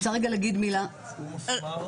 הוא מפמ"ר?